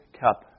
cup